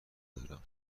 دارم